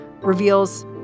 reveals